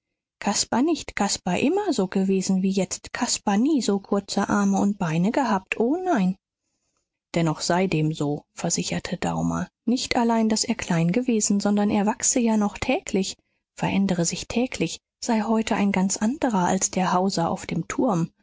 caspar nicht caspar immer so gewesen wie jetzt caspar nie so kurze arme und beine gehabt o nein dennoch sei dem so versicherte daumer nicht allein daß er klein gewesen sondern er wachse ja noch täglich verändere sich täglich sei heute ein ganz andrer als der hauser auf dem turm